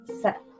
set